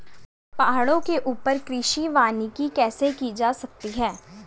पहाड़ों के ऊपर कृषि वानिकी कैसे की जा सकती है